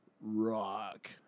Rock